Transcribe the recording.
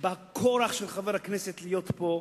בכורח של חבר הכנסת להיות פה,